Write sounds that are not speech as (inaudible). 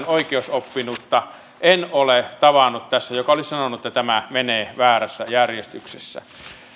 (unintelligible) oikeusoppinutta en ole tavannut joka olisi sanonut että tämä menee väärässä järjestyksessä